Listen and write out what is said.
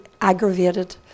aggravated